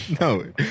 No